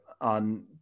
on